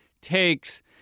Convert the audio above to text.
takes